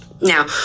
Now